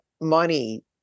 money